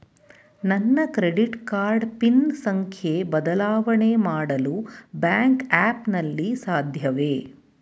ನನ್ನ credit card PIN ಸಂಖ್ಯೆ ಬದಲಾವಣೆ ಮಾಡಲು ಬ್ಯಾಂಕ್ ಆ್ಯಪ್ ನಲ್ಲಿ ಸಾಧ್ಯವೇ?